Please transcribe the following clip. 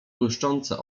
błyszczące